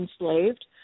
enslaved